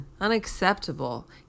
unacceptable